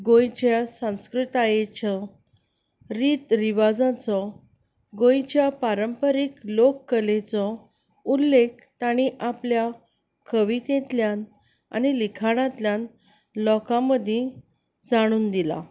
गोंयच्या सांस्कृतायेच्यो रीत रिवाजांचो गोंयच्या पारंपारीक लोक कलेचो उल्लेख ताणी आपल्या कवितेंतल्यान आनी लिखानांतल्यान लोकां मदीं जाणून दिलां